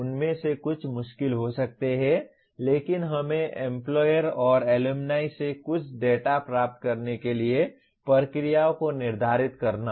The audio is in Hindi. उनमें से कुछ मुश्किल हो सकते हैं लेकिन हमें एम्प्लॉयर और एलुमनाई से कुछ डेटा प्राप्त करने के लिए प्रक्रियाओं को निर्धारित करना होगा